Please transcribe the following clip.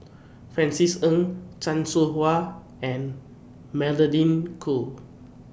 Francis Ng Chan Soh Ha and Magdalene Khoo